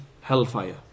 hellfire